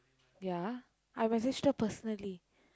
ya I messaged her personally